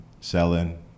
selling